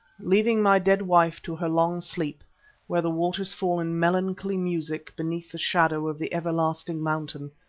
leaving my dead wife to her long sleep where the waters fall in melancholy music beneath the shadow of the everlasting mountain,